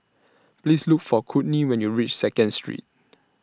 Please Look For Kourtney when YOU REACH Second Street